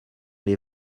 les